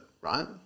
right